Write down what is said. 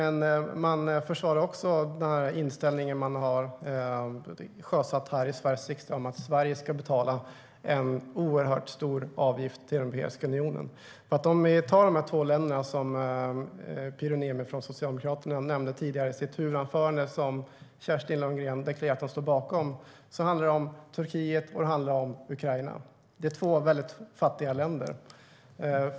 Man försvarar också den inställning man har sjösatt här i Sveriges riksdag: att Sverige ska betala en oerhört stor avgift till Europeiska unionen. De två länder som Pyry Niemi från Socialdemokraterna nämnde tidigare i sitt huvudanförande, som Kerstin Lundgren deklarerade att hon står bakom, är Turkiet och Ukraina. Det är två fattiga länder.